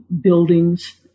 buildings